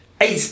eight